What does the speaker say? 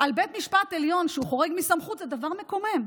על בית משפט עליון שהוא חורג מסמכות זה דבר מקומם?